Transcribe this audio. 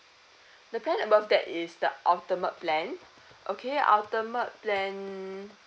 the plan above that is the ultimate plan okay ultimate plan